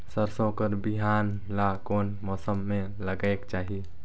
सरसो कर बिहान ला कोन मौसम मे लगायेक चाही?